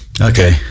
Okay